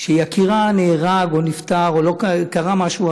שיקירה נהרג או נפטר או קרה משהו,